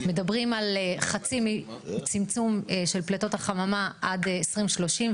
מדברים על צמצום חצי פליטות החממה עד 2030,